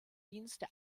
dienste